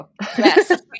Yes